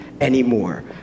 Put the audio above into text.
anymore